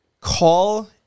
call